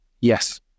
yes